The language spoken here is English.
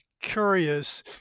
curious